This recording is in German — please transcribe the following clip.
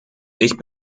ich